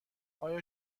آیا